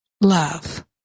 love